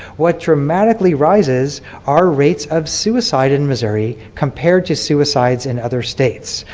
what dramatically rises are rates of suicide in missouri compared to suicides in other states.